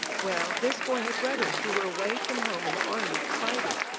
well, this boy had brothers who were away from home in the army, fighting.